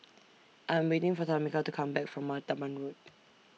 I Am waiting For Tamika to Come Back from Martaban Road